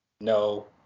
no